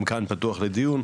גם כאן פתוח לדיון,